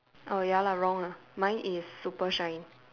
oh ya lah wrong lah mine is super shine